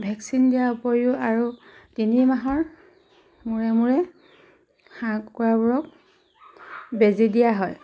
vaccine দিয়াৰ উপৰিও আৰু তিনি মাহৰ মূৰে মূৰে হাঁহ কুকুৰাবোৰক বেজী দিয়া হয়